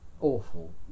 awful